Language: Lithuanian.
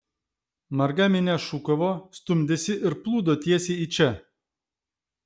marga minia šūkavo stumdėsi ir plūdo tiesiai į čia